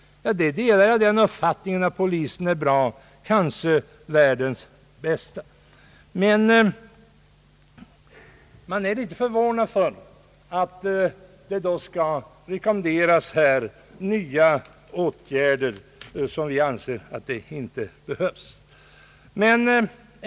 Jag delar den uppfattningen att polisen är bra, kanske världens bästa, men då är det förvånansvärt att man rekommenderar nya åtgärder, som vi anser inte behövs.